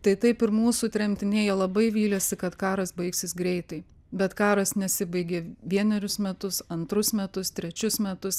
tai taip ir mūsų tremtiniai jie labai vylėsi kad karas baigsis greitai bet karas nesibaigė vienerius metus antrus metus trečius metus